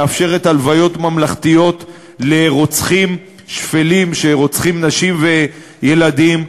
מאפשרת הלוויות ממלכתיות לרוצחים שפלים שרוצחים נשים וילדים,